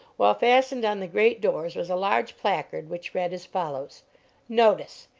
while fastened on the great doors was a large placard which read as follows notice.